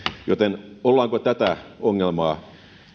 ollaanko tätä ongelmaa